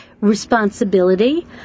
responsibility